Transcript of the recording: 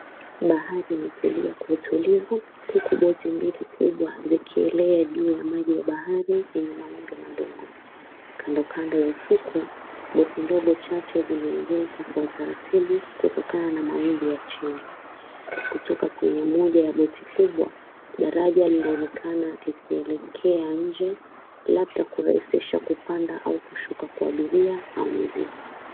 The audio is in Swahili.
Bahari imetulia kwa utulivu. Huku boti mbili kubwa zikielea juu ya maji ya bahari yenye mawimbi madogo. Kandokando ya ufukwe, boti ndogo chache zimeegezwa kwa utaratibu kutokana na mawimbi ya chini. Kutoka kwenye moja ya boti kubwa daraja linaonekana likielekea nje labda kurahisisha kupanda au kushuka kwa abiria au mizigo.